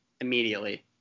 immediately